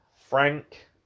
frank